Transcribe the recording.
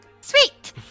sweet